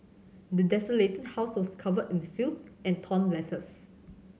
the desolated house was covered in filth and torn letters